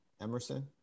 Emerson